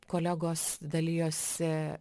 kolegos dalijosi